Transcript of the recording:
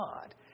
God